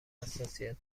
حساسیت